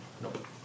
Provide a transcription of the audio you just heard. Nope